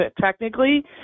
technically